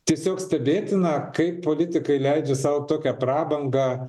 tiesiog stebėtina kaip politikai leidžia sau tokią prabangą